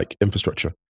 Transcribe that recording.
infrastructure